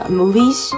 movies